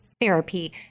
therapy